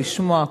לשמוע,